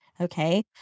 Okay